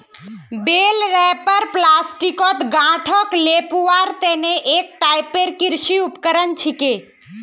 बेल wrapper प्लास्टिकत गांठक लेपटवार तने एक टाइपेर कृषि उपकरण छिके